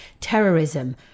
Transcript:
terrorism